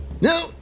No